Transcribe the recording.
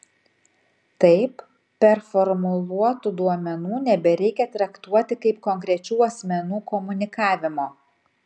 taip performuluotų duomenų nebereikia traktuoti kaip konkrečių asmenų komunikavimo